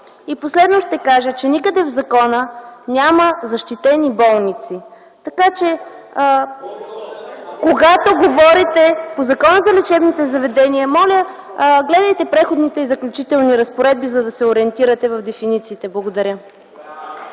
Последно ще кажа: никъде в закона няма защитени болници. Когато говорите по Закона за лечебните заведения, моля, гледайте Преходните и заключителни разпоредби, за да се ориентирате в дефинициите. Благодаря.